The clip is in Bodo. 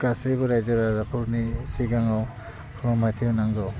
गासैबो रायजो राजाफोरनि सिगाङाव फोरमायथि होनांगौ